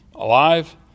Alive